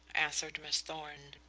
answered miss thorn.